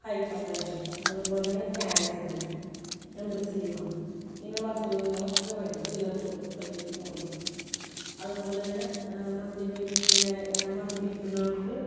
hyper tension അതുപോലെ തന്നെ cancer emphysema ഇങ്ങനൊള്ള അസുഖങ്ങളൊക്കെ വെരും സിഗർട്ട് വലി മൂലം അതുപോലന്നെ മദ്യപിക്കാൻ മദ്യപിക്കുന്നവർക്ക്